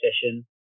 session